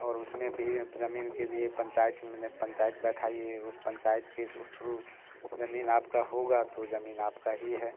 और उस में भी ज़मीन के लिए पंचायत माने पंचायत बैठाइए उस पंचायत के थ्रू ज़मीन आपका होगा तो जमीन आपका ही है